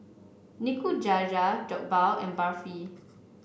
Nikujaga Jokbal and Barfi